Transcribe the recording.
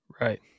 Right